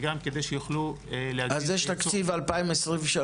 וגם כדי שיוכלו --- אז יש תקציב 2023?